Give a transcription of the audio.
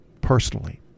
personally